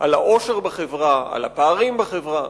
על העושר בחברה, על הפערים בחברה,